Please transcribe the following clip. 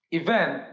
event